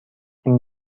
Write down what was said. این